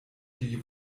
die